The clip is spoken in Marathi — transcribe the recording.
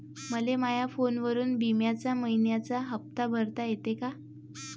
मले माया फोनवरून बिम्याचा मइन्याचा हप्ता भरता येते का?